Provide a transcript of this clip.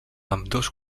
ambdós